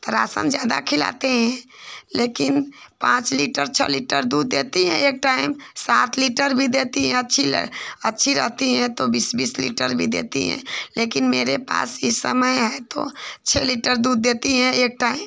तो राशन ज़्यादा खिलाते हैं लेकिन पाँच लीटर छह लीटर दूध देती है एक टाइम सात लीटर भी देती है अच्छी अच्छी रहती है तो बीस बीस लीटर भी देती है लेकिन मेरे पास इस समय है तो छह लीटर दूध देती हैं एक टाइम